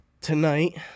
tonight